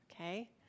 okay